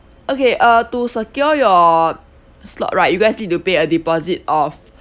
okay uh to secure your slot right you guys need to pay a deposit of